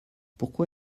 pourquoi